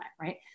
Right